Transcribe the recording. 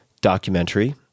documentary